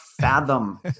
fathom